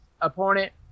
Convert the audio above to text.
opponent